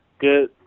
good